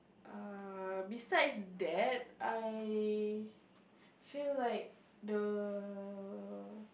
err besides that I feel like the